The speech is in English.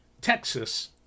Texas